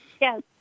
Yes